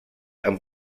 amb